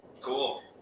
Cool